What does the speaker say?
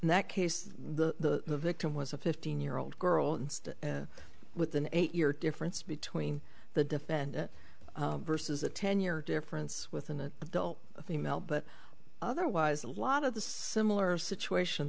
that case the victim was a fifteen year old girl with an eight year difference between the defendant versus a ten year difference with an adult female but otherwise a lot of the similar situation